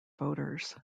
voters